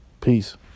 Peace